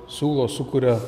siūlo sukuria